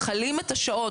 מכלים את השעות,